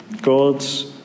God's